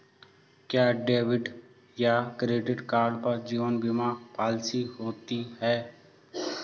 क्या डेबिट या credit card पर जीवन बीमा पॉलिसी होती है?